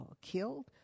killed